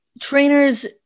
trainers